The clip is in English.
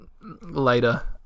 later